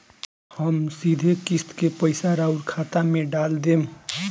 हम सीधे किस्त के पइसा राउर खाता में डाल देम?